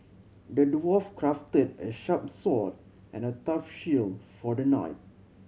the dwarf crafted a sharp sword and a tough shield for the knight